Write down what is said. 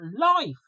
Life